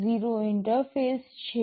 0 interface છે